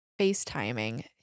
FaceTiming